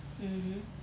mmhmm